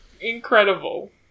incredible